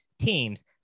Teams